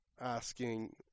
asking